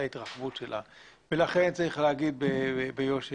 ההתרחבות שלה ולכן צריך להגיד ביושר,